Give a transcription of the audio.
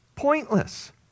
Pointless